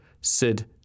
Sid